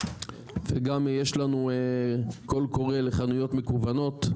וגם יש לנו קול קורא לחנויות מקוונת.